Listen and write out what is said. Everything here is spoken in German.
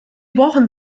brauchen